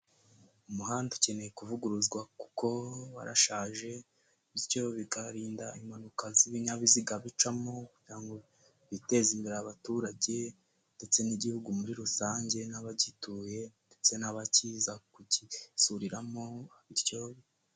Umuhanda ukeneye kuvuguruzwa kuko barashaje bityo bi bikarinda impanuka z'ibinyabiziga bicamo kugirango biteze imbere abaturage ndetse n'igihugu muri rusange n'abagituye ndetse n'abakiza kukisuriramo bityo....